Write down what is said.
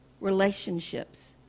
relationships